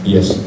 Yes